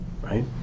right